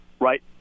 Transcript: Right